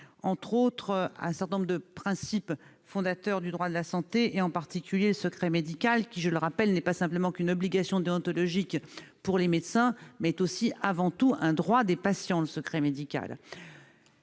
entre autres, d'un certain nombre de principes fondateurs du droit de la santé, en particulier le secret médical, lequel- je le rappelle -est non pas simplement une obligation déontologique pour les médecins, mais aussi, et avant tout, un droit des patients. Il est nécessaire